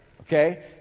okay